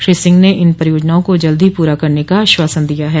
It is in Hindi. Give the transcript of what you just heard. श्री सिंह ने इन परियोजनाओं को जल्द ही पूरा करने का आश्वासन दिया है